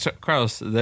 Carlos